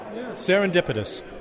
Serendipitous